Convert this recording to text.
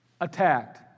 attacked